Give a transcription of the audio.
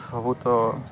ସବୁ ତ